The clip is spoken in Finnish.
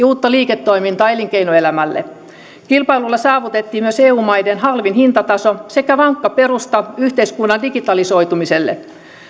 uutta liiketoimintaa elinkeinoelämälle kilpailulla saavutettiin myös eu maiden halvin hintataso sekä vankka perusta yhteiskunnan digitalisoitumiselle